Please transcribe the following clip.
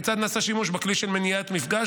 כיצד נעשה שימוש בכלי של מניעת מפגש,